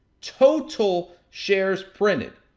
total share printed,